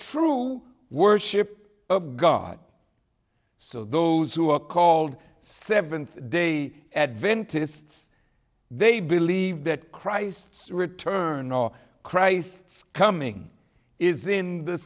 true worship of god so those who are called seventh day adventists they believe that christ's return or christ's coming is in the